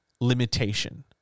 limitation